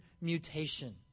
mutation